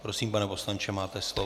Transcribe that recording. Prosím, pane poslanče, máte slovo.